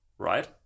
Right